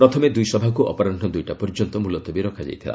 ପ୍ରଥମେ ଦୁଇ ସଭାକୁ ଅପରାହ୍ନ ଦୁଇଟା ପର୍ଯ୍ୟନ୍ତ ମୁଲତବୀ ରଖାଯାଇଥିଲା